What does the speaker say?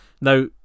Now